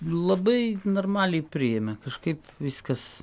labai normaliai priėmė kažkaip viskas